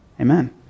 Amen